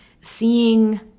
seeing